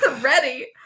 Ready